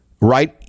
right